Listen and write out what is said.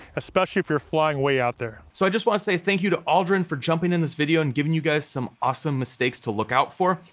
especially if you're flying way out there. so i just wanna say thank you to aldryn for jumping in this video and giving you guys some awesome mistakes to look out for.